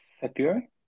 February